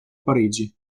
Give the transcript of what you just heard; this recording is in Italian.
parigi